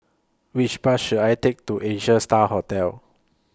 Which Bus should I Take to Asia STAR Hotel